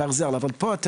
שהוא אומנם